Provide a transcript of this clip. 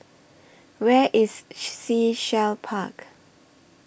Where IS Sea Shell Park